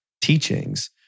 teachings